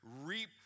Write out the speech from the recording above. reap